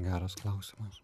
geras klausimas